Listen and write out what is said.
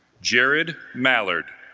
jared mallard